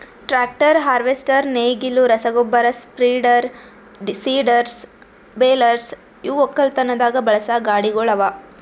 tractor, harvester, ನೇಗಿಲು, ರಸಗೊಬ್ಬರ spreader, seeders, balers ಇವು ಒಕ್ಕಲತನದಾಗ್ ಬಳಸಾ ಗಾಡಿಗೊಳ್ ಅವಾ